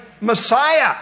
Messiah